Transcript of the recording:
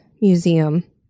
Museum